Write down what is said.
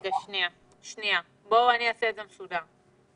שנייה, בואו נעשה את זה מסודר.